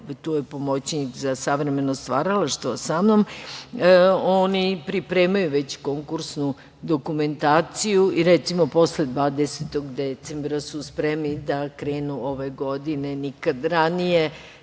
tu je pomoćnik za savremeno stvaralaštvo sa mnom, oni pripremaju već konkursnu dokumentaciju i, recimo, posle 20. decembra su spremni da krenu, ove godine nikad ranije,